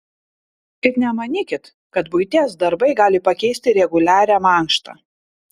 ir nemanykit kad buities darbai gali pakeisti reguliarią mankštą